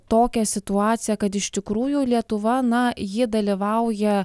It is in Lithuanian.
tokią situaciją kad iš tikrųjų lietuva na ji dalyvauja